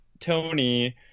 Tony